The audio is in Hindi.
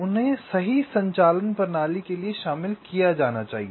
उन्हें सही संचालन प्रणाली के लिए शामिल किया जाना चाहिए